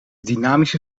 dynamische